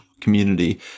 community